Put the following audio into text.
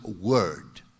word